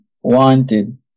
wanted